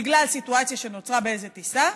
בגלל סיטואציה שנוצרה באיזו טיסה,